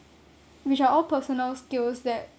which are all personal skills that